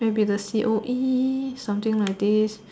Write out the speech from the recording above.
maybe the C_O_E something like this